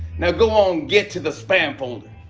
now, go on, git to the spam folder.